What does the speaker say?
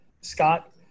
Scott